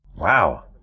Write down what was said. Wow